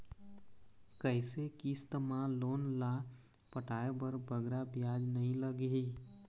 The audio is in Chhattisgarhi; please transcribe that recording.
कइसे किस्त मा लोन ला पटाए बर बगरा ब्याज नहीं लगही?